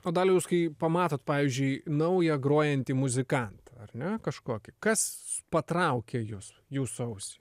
o daliau jūs kai pamatot pavyzdžiui naują grojantį muzikantą ar ne kažkokį kas patraukia jus jūsų ausį